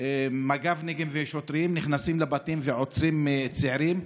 מג"בניקים ושוטרים נכנסים לבתים ועוצרים צעירים.